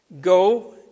Go